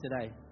today